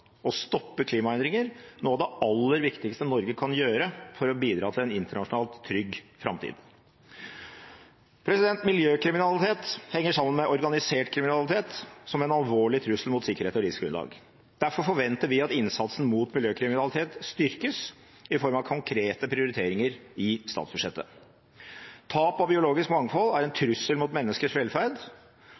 stoppe klimaendringer noe av det aller viktigste Norge kan gjøre for å bidra til en internasjonalt trygg framtid. Miljøkriminalitet henger sammen med organisert kriminalitet som en alvorlig trussel mot sikkerhet og livsgrunnlag. Derfor forventer vi at innsatsen mot miljøkriminalitet styrkes i form av konkrete prioriteringer i statsbudsjettet. Tap av biologisk mangfold er en trussel mot menneskers velferd,